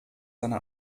seine